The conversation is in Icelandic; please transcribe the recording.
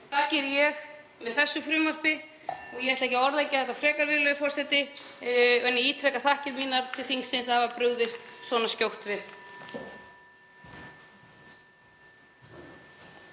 geri ég með þessu frumvarpi. Ég ætla ekki að orðlengja þetta frekar, virðulegur forseti, en ég ítreka þakkir mínar til þingsins, fyrir hafa brugðist svo skjótt við.